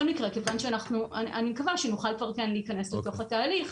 אני מקווה שנוכל להיכנס לתוך התהליך